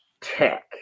tech